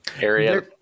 area